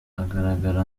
agaragara